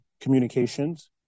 communications